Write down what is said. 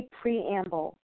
Preamble